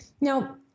Now